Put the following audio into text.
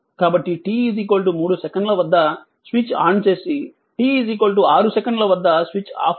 కాబట్టి t 3 సెకన్ల వద్ద స్విచ్ ఆన్ చేసి t 6 సెకన్ల వద్ద స్విచ్ ఆఫ్ అవుతుంది